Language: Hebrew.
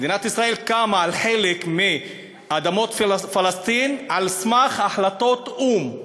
מדינת ישראל קמה על חלק מאדמות פלסטין על סמך החלטות האו"ם,